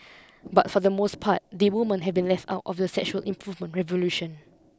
but for the most part the women have been left out of the sexual improvement revolution